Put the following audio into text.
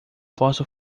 posso